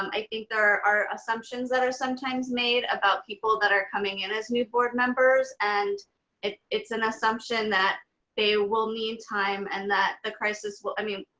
um i think there are assumptions that are sometimes made about people that are coming in as new board members, and and it's an assumption that they will need time and that the crisis will, i mean,